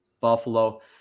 Buffalo